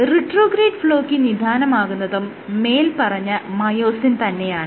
retrograde ഫ്ലോയ്ക്ക് നിദാനമാകുന്നതും മേല്പറഞ്ഞ മയോസിൻ തന്നെയാണ്